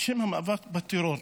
בשם המאבק בטרור,